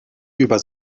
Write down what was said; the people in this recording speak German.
über